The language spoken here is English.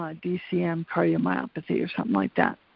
ah dcm cardiomyopathy or something like that,